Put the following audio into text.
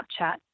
Snapchat